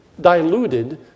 diluted